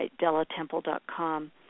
delatemple.com